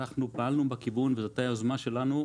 אנחנו פעלנו בכיוון וזאת הייתה יוזמה שלנו,